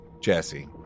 Jesse